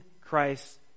christ